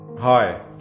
hi